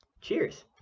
Cheers